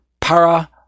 Para